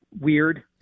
weird